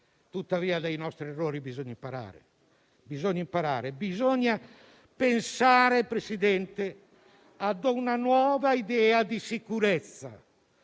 Tuttavia, dai nostri errori bisogna imparare. Bisogna pensare, Presidente, a una nuova idea di sicurezza,